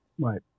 Right